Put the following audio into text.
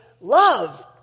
love